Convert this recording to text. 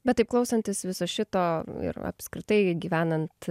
bet taip klausantis viso šito ir apskritai gyvenant